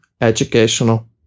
educational